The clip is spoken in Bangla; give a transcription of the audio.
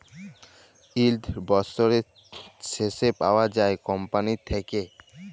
ইল্ড বসরের শেষে পাউয়া যায় কম্পালির থ্যাইকে